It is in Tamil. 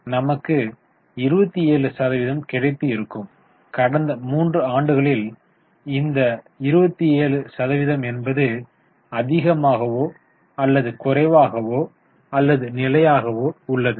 எனவே நமக்கு 27 சதவிகிதம் கிடைத்து இருக்கும் கடந்த மூன்று ஆண்டுகளில் இது 27 சதவிகிதம் என்பது அதிகமாகவோ அல்லது குறைவாகவோ அல்லது நிலையாக உள்ளது